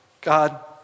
God